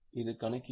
இது கணக்கீடு